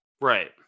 Right